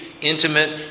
intimate